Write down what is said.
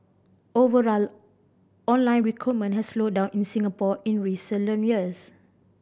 overall online recruitment has slowed down in Singapore in recent years